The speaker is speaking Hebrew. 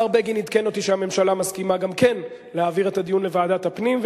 השר בגין עדכן אותי שהממשלה מסכימה גם כן להעביר את הדיון לוועדת הפנים,